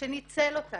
שניצל אותה